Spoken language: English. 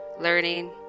learning